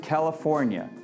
California